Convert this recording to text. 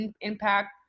impact